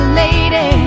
lady